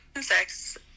sex